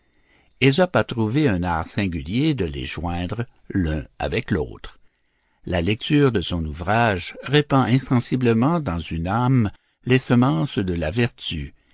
ésope a trouvé un art singulier de les joindre l'un avec l'autre la lecture de son ouvrage répand insensiblement dans une âme les semences de la vertu